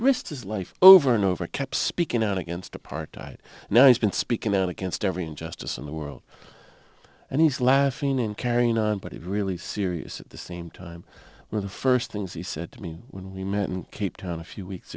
risked his life over and over kept speaking out against apartheid now he's been speaking out against every injustice in the world and he's laughing and carrying on but it really serious at the same time where the first things he said to me when we met in cape town a few weeks